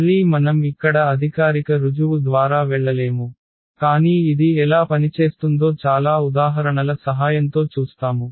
మళ్ళీ మనం ఇక్కడ అధికారిక రుజువు ద్వారా వెళ్ళలేము కానీ ఇది ఎలా పనిచేస్తుందో చాలా ఉదాహరణల సహాయంతో చూస్తాము